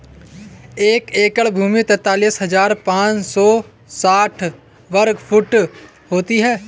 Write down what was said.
एक एकड़ भूमि तैंतालीस हज़ार पांच सौ साठ वर्ग फुट होती है